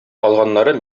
калганнары